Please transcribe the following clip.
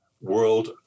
world